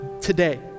today